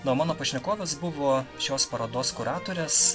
na o mano pašnekovės buvo šios parodos kuratorės